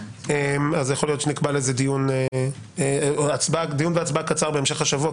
יכול להיות שנקבע דיון והצבעה קצרים בהמשך השבוע,